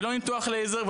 לא ניתוח לייזר,